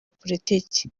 politiki